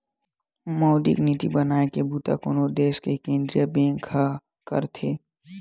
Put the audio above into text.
मौद्रिक नीति बनाए के बूता कोनो देस के केंद्रीय बेंक ह करथे